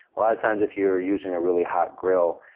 a lot of times, if you're using a really hot grill,